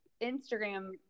Instagram